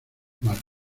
marta